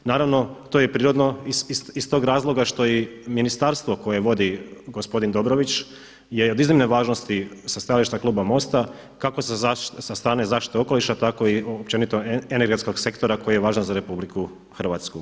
Naravno, to je prirodno iz tog razloga što i ministarstvo koje vodi gospodin Dobrović je od iznimne važnosti sa stajališta kluba MOST-a kako sa strane zaštite okoliša tako i općenito energetskog sektora koji je važan za RH.